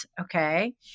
Okay